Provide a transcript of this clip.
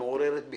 מעוררת בי